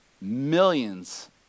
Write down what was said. millions